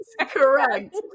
Correct